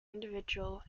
individual